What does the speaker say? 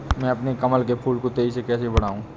मैं अपने कमल के फूल को तेजी से कैसे बढाऊं?